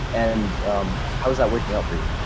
and how is that working out for you?